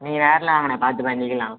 நீங்கள் நேரில் வாங்கண்ணே பார்த்து பண்ணிக்கலாம்